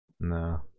No